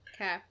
Okay